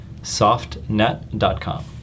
softnet.com